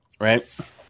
right